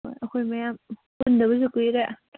ꯍꯣꯏ ꯑꯩꯈꯣꯏ ꯃꯌꯥꯝ ꯄꯨꯟꯗꯕꯁꯨ ꯀꯨꯏꯔꯦ